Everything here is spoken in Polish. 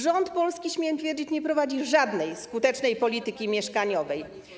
Rząd polski, śmiem twierdzić, nie prowadzi żadnej skutecznej polityki mieszkaniowej.